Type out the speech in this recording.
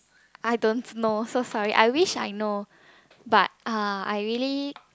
I don't know so sorry I wish I know but uh I really